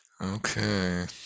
Okay